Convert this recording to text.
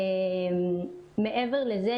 מעבר לזה,